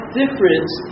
difference